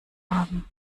haben